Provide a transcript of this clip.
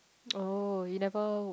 oh you never